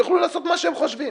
יוכלו לעשות מה שהם חושבים.